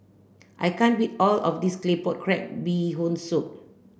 I can't eat all of this Claypot Crab Bee Hoon Soup